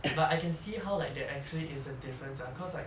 but I can see how like they're actually is a difference lah cause like